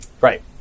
Right